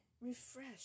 refresh